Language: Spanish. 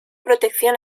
protección